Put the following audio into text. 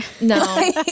No